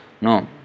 No